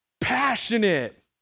passionate